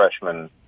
freshman